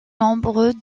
nombreux